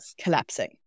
collapsing